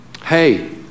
Hey